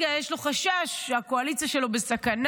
כשלרגע יש לו חשש שהקואליציה שלו בסכנה,